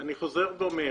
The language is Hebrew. אני חוזר ואומר,